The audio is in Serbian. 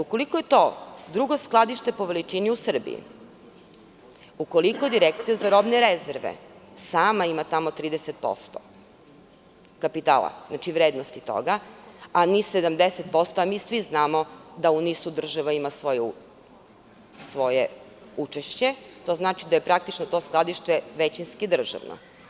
Ukoliko je to drugo skladište po veličini u Srbiji, ukoliko Direkcija za robne rezerve sama tamo ima 30% kapitala, vrednosti toga, a NIS 70%, a mi svi znamo da u NIS država ima svoje učešće, to znači da je to skladište većinski državno.